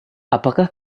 apakah